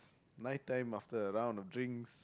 night time after a round of drinks